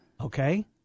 Okay